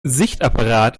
sichtapparat